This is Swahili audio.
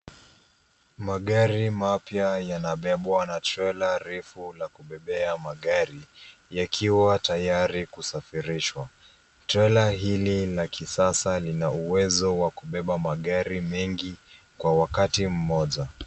Magari mapya yanabebwa na trela refu la kubebea magari yakiwa tayari kusafirishwa. Trela hili la kisasa lina uwezo wa kubeba magari mengi kwa wakati mmoja.